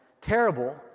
terrible